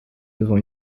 devant